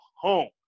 home